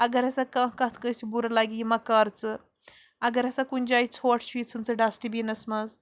اَگر ہسا کانٛہہ کَتھ کٲنٛسہِ بُرٕ لَگہِ یہِ مَہ کَر ژٕ اَگر ہسا کُنۍ جایہِ ژھوٚٹھ چھُ یہِ ژھٕن ژٕ ڈَسٹ بیٖنَس منٛز